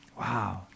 Wow